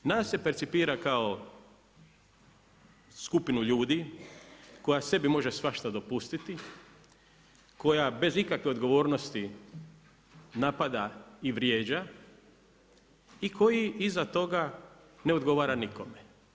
Nas se percipira kao skupinu ljudi koja sebi može svašta dopustiti, koja bez ikakve odgovornosti napada i vrijeđa i koji iza toga ne odgovara nikome.